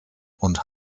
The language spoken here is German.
und